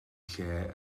lle